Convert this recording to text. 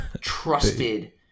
trusted